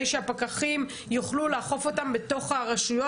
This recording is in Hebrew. שהפקחים יוכלו לאכוף אותם בתוך הרשויות.